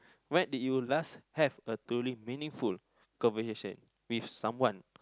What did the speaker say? when did you last have a truly meaningful conversation with someone